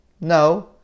no